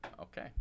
Okay